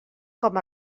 com